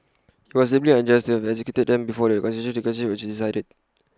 IT was deeply unjust to have executed them before the constitutional was decided